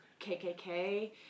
KKK